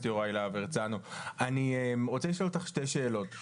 אני רוצה לשאול אותך שתי שאלות,